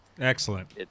Excellent